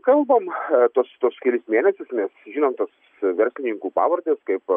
kalbam tuos tuos kelis mėnesius mes žinom tas verslininkų pavardės kaip